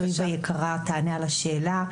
שריבה היקרה תענה על השאלה,